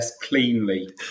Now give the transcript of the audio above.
cleanly